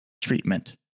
treatment